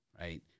right